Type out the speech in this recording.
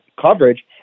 coverage